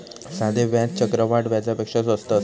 साधे व्याज चक्रवाढ व्याजापेक्षा स्वस्त असते